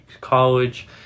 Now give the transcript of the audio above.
college